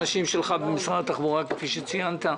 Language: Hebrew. אני מודה לאנשיך במשרד התחבורה, כפי שציינת.